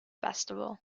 festival